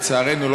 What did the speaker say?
לצערנו,